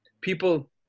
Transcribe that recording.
people